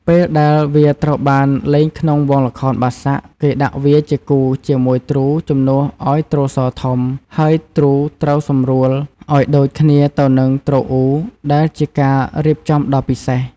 ពេលដែលវាត្រូវបានលេងក្នុងវង់ល្ខោនបាសាក់ គេដាក់វាជាគូជាមួយទ្រូ ជំនួសឱ្យទ្រសោធំ ហើយទ្រូត្រូវសម្រួលឱ្យដូចគ្នាទៅនឹងទ្រអ៊ូ ដែលជាការរៀបចំដ៏ពិសេស។